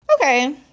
Okay